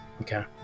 Okay